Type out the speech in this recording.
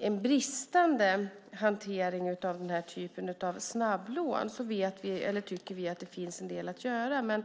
en bristande hantering av den typen av snabblån. Där finns en del att göra.